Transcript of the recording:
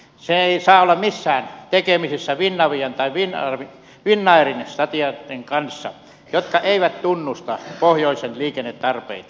se ei saa olla missään tekemisissä finavian tai finnairin strategioitten kanssa jotka eivät tunnusta pohjoisen liikennetarpeita